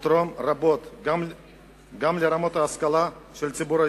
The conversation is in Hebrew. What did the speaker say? תתרום רבות גם לרמת ההשכלה של הציבור הישראלי,